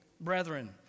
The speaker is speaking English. brethren